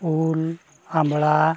ᱩᱞ ᱟᱢᱵᱽᱲᱟ